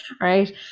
Right